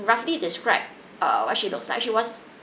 roughly describe err what she looks like she was